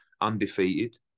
undefeated